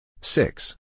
Six